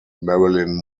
marilyn